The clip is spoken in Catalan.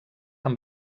amb